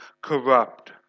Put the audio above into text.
corrupt